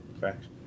facts